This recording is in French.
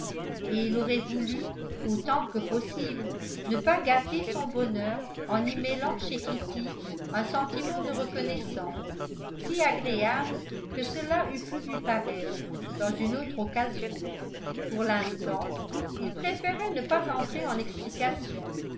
et il aurait voulu autant que possible ne pas gâter son bonheur en y mêlant chez kitty un sentiment de reconnaissance si agréable que cela eût pu lui paraître dans une autre occasion pour l'instant il préférait ne pas entrer en explications